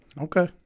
Okay